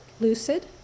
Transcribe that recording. lucid